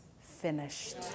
finished